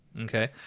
Okay